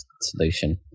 solution